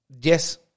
Yes